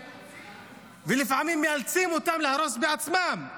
ולפעמים מאלצים אותם להרוס בעצמם.